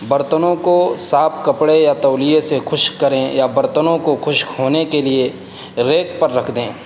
برتنوں کو صاف کپڑے یا تولیے سے خشک کریں یا برتنوں کو خشک ہونے کے لیے ریک پر رکھ دیں